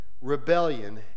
rebellion